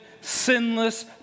sinless